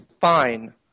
fine